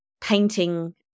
painting